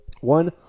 One